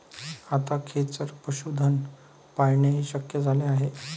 आता खेचर पशुधन पाळणेही शक्य झाले आहे